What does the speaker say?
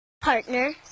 partner